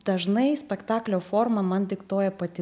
dažnai spektaklio formą man diktuoja pati